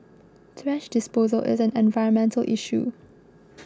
thrash disposal is an environmental issue